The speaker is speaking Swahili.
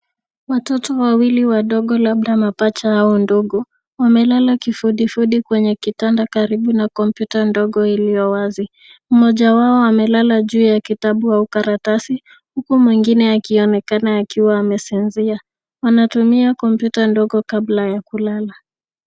Watoto wawili wadogo labda mapacha au ndugu, wamelala kifudifudi kwenye kitanda karibu na kompyuta ndogo iliyo wazi. Mmoja wao amelala juu ya kitabu au karatasi huku mwingine akionekana akiwa amesinzia. Wanatumia kompyuta ndogo kabla ya kulala.